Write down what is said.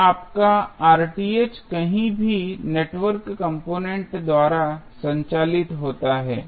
तो आपका कहीं भी नेटवर्क कंपोनेंट्स द्वारा संचालित होता है